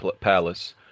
Palace